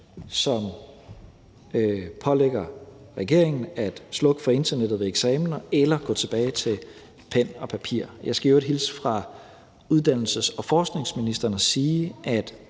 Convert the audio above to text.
som pålægger regeringen at slukke for internettet ved eksamener eller at gå tilbage til pen og papir. Jeg skal i øvrigt hilse fra uddannelses- og forskningsministeren og sige,